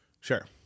Sure